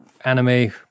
anime